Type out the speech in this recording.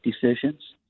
decisions